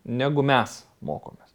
negu mes mokomės